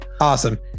Awesome